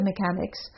mechanics